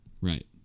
Right